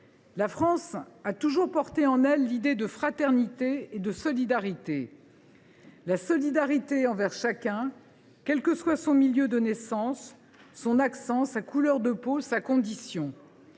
La France a toujours porté en elle l’idée de fraternité et de solidarité : la solidarité envers chacun, quel que soit son milieu de naissance, son accent, sa couleur de peau, sa condition.